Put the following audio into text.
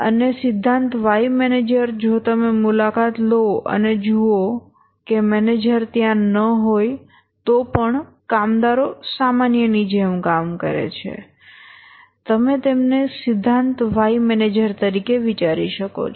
અને સિદ્ધાંત Y manager જો તમે મુલાકાત લો અને જુઓ કે મેનેજર ત્યાં ન હોય તો પણ કામદારો સામાન્યની જેમ કામ કરે છે તમે તેમને સિદ્ધાંત Y મેનેજર તરીકે વિચારી શકો છો